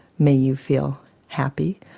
may you feel happy,